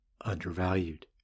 undervalued